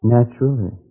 Naturally